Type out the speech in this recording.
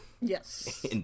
Yes